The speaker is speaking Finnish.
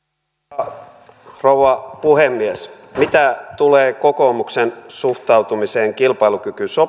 arvoisa rouva puhemies mitä tulee kokoomuksen suhtautumiseen kilpailukykysopimukseen